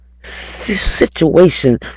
Situation